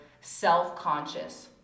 self-conscious